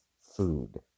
food